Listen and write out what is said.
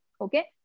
Okay